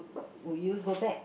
would you go back